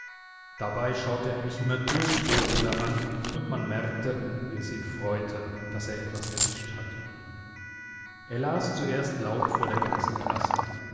dabei schaute er mich immer durchbohrender an und man merkte wie es ihn freute daß er etwas erwischt hatte er las zuerst laut vor der ganzen klasse